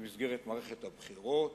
במסגרת מערכת הבחירות,